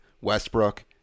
Westbrook